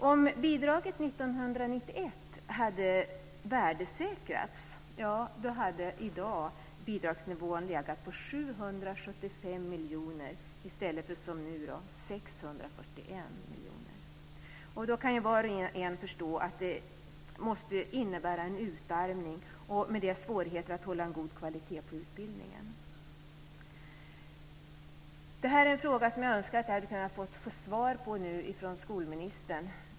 Om bidraget hade värdesäkrats 1991 hade bidragsnivån i dag legat på 775 miljoner i stället för som nu 461 miljoner. Då kan ju var och en förstå att det måste innebära en utarmning och med det svårigheter att hålla en god kvalitet på utbildningen. Det här är en fråga som jag hade önskat få svar på nu från skolministern.